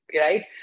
right